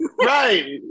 Right